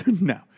No